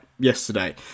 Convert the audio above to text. yesterday